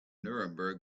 nuremberg